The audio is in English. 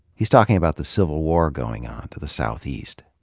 he's talking about the civil war going on to the southeast.